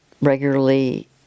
regularly